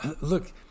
Look